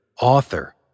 author